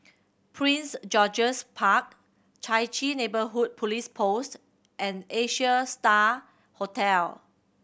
Prince George's Park Chai Chee Neighbourhood Police Post and Asia Star Hotel